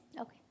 Okay